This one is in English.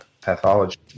pathology